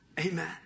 Amen